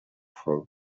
her